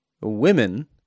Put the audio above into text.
women